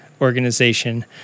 organization